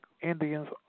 Indians